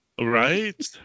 Right